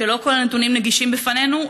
כשלא כל הנתונים נגישים לפנינו,